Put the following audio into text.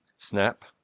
Snap